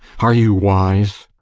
are you wise?